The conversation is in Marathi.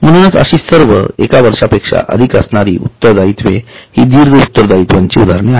म्हणूनच अशी सर्व एका वर्षापेक्षा अधिक असणारी उत्तरदायित्वे हि दीर्घ उत्तरदायित्वाची उदाहरणे आहेत